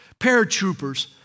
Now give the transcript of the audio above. paratroopers